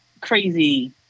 crazy